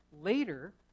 Later